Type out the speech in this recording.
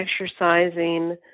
exercising